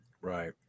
Right